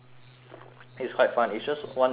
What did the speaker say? it's quite fun it's just one weekend right